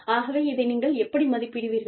ஆகவே இதை நீங்கள் எப்படி மதிப்பிடுவீர்கள்